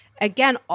again